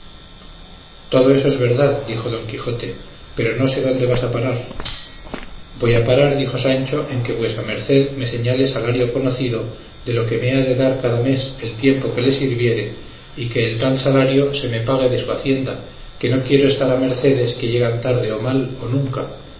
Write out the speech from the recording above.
todo eso es verdad dijo don quijote pero no sé dónde vas a parar voy a parar dijo sancho en que vuesa merced me señale salario conocido de lo que me ha de dar cada mes el tiempo que le sirviere y que el tal salario se me pague de su hacienda que no quiero estar a mercedes que llegan tarde o mal o nunca